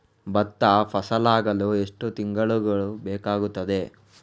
ಭತ್ತ ಫಸಲಾಗಳು ಎಷ್ಟು ತಿಂಗಳುಗಳು ಬೇಕಾಗುತ್ತದೆ?